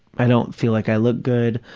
i don't feel like i look good.